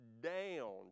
down